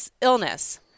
illness